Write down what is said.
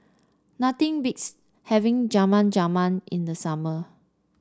nothing beats having Jamun Jamun in the summer